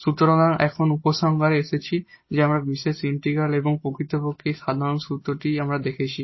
সুতরাং এখন এই উপসংহারে আসছি যে আমরা পার্টিকুলার ইন্টিগ্রাল এবং প্রকৃতপক্ষে এই সাধারণ সূত্রটি দেখেছি